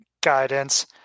guidance